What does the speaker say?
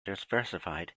diversified